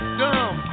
dumb